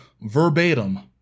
Verbatim